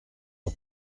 ans